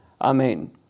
Amen